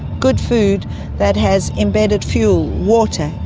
good food that has embedded fuel, water,